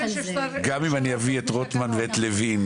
גם אם אני אביא את רוטמן ואת לוין,